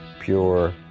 pure